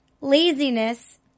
laziness